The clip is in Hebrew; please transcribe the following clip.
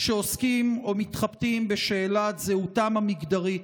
שעוסקים או מתחבטים בשאלת זהותם המגדרית.